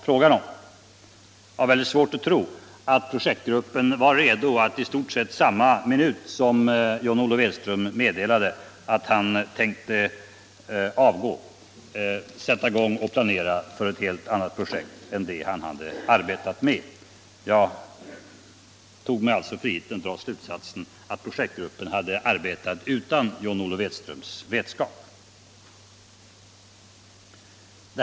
Jag "har också väldigt svårt att tro att projektgruppen var redo att i stort sett i samma minut, som John Olof Edström meddelade att han tänkte avgå, sätta i gång och planera för ett helt annat projekt än det Edström hade arbetat med. Jag tog mig alltså friheten att dra slutsatsen att projektgruppen hade arbetat utan John Olof Edströms vetskap.